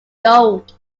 gold